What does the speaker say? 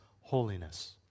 holiness